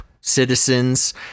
citizens